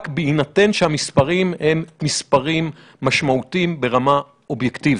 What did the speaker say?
בהינתן שהמספרים הם מספרים משמעותיים ברמה אובייקטיבית?